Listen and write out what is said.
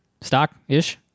Stock-ish